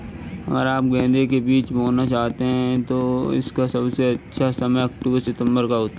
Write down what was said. आप अगर गेंदे के बीज बोना चाहते हैं तो इसका सबसे अच्छा समय अक्टूबर सितंबर का है